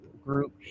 group